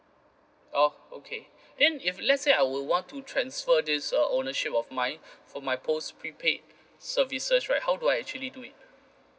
oh okay then if let's say I would want to transfer this uh ownership of mine for my post prepaid services right how do I actually do it